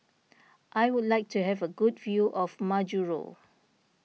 I would like to have a good view of Majuro